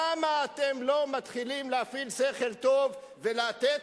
למה אתם לא מפעילים שכל טוב על מנת לתת